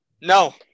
No